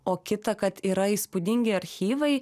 o kita kad yra įspūdingi archyvai